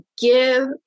give